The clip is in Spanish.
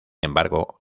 embargo